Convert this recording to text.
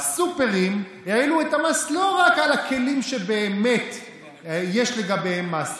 הסופרים העלו את המס לא רק על הכלים שבאמת יש לגביהם מס,